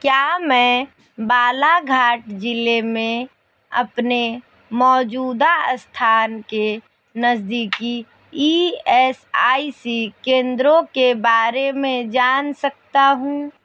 क्या मैं बालाघाट ज़िले में अपने मौजूदा स्थान के नज़दीकी ई एस आई सी केंद्रों के बारे में जान सकता हूँ